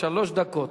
שלוש דקות,